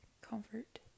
comfort